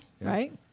right